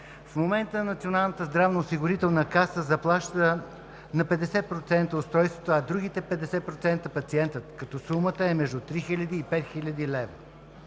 В момента Националната здравноосигурителна каса заплаща на 50% от устройството, а другите 50% – пациентът, като сумата е между 3000 и 5000 лв.,